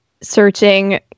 searching